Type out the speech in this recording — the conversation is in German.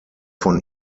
von